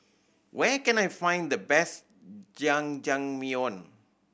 where can I find the best Jajangmyeon